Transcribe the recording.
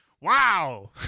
Wow